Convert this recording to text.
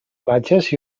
platges